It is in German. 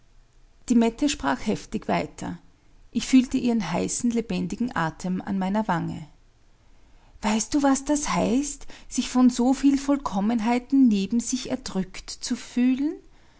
die mette sprach heftig weiter ich fühlte ihren heißen lebendigen atem an meiner wange weißt du was das heißt sich von so viel vollkommenheiten neben sich erdrückt zu fühlen